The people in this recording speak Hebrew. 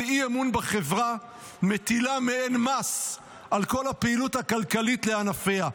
אי-אמון בחברה מטילה מעין מס על כל הפעילות הכלכלית לענפיה,